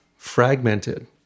fragmented